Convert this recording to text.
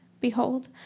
Behold